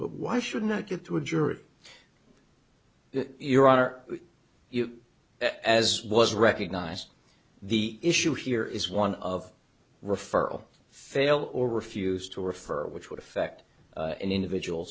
but why should not get to a jury you're are you as was recognized the issue here is one of referral fail or refuse to refer which would affect an individual